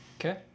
Okay